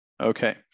Okay